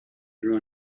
drew